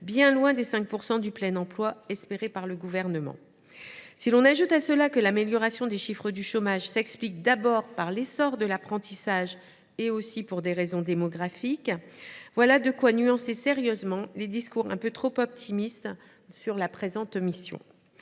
bien loin des 5 % du plein emploi espéré par le Gouvernement. Si l’on ajoute à cela que l’amélioration des chiffres du chômage s’explique d’abord par l’essor de l’apprentissage et par des phénomènes démographiques, voilà de quoi nuancer sérieusement les discours un peu trop optimistes concernant la présente mission